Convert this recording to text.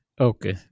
Okay